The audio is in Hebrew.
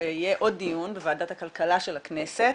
יהיה עוד דיון בוועדת הכלכלה של הכנסת